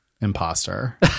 Imposter